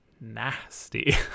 nasty